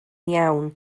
iawn